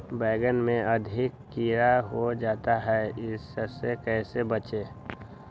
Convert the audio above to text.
बैंगन में अधिक कीड़ा हो जाता हैं इससे कैसे बचे?